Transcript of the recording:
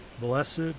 Blessed